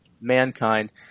Mankind